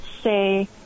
say